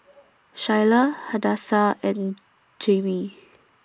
Shyla Hadassah and Jaimie